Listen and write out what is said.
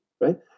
Right